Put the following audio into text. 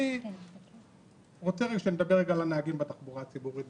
אני רוצה שנדבר על הנהגים בתחבורה הציבורית,